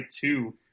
two